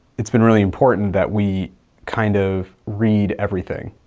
it's been really important that we kind of read everything,